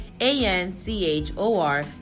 a-n-c-h-o-r